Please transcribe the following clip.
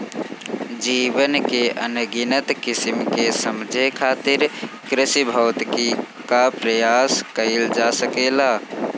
जीवन के अनगिनत किसिम के समझे खातिर कृषिभौतिकी क प्रयोग कइल जा सकेला